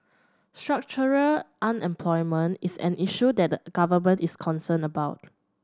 structural unemployment is an issue that the Government is concerned about